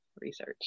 Research